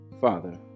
Father